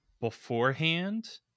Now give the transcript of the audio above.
beforehand